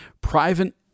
Private